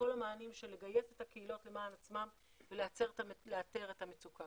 כל המענים של לגייס את הקהילות למען עצמן ולאתר את המצוקה.